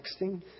texting